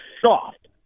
soft